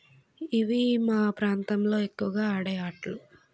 ఇవి మా ప్రాంతంలో ఎక్కువగా ఆడే ఆటలు